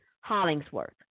Hollingsworth